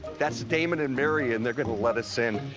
that's damon and mary. and they're gonna let us in,